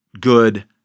good